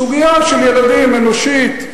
סוגיה של ילדים, אנושית.